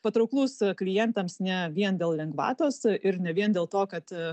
patrauklus klientams ne vien dėl lengvatos ir ne vien dėl to kad